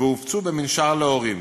והופצו במנשר להורים.